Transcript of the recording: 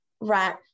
right